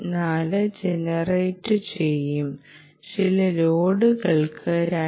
4 ജനറേറ്റുചെയ്യും ചില ലോഡുകൾക്ക് 2